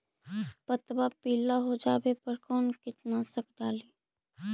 पतबा पिला हो जाबे पर कौन कीटनाशक डाली?